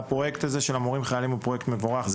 פרויקט מורים חיילים הוא פרויקט מבורך,